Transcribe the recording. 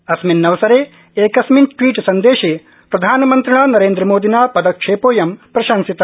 अस्मिन्नवसरे एकस्मिन् ट्वीट सन्देशे प्रधानमन्त्रिणा नरेन्द्रमोदिना पदक्षेपोऽयं प्रशंसित